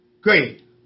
great